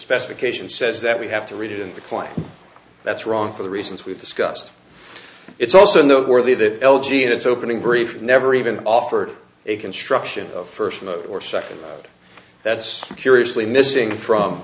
specification says that we have to read it in the class that's wrong for the reasons we've discussed it's also noteworthy that l g in its opening brief never even offered a construction of first or second that's curiously missing from